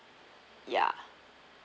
yeah